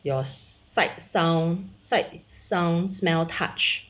your sight sound sight sound smell touch